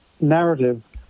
narrative